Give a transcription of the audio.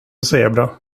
zebra